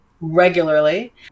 Regularly